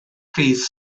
rhif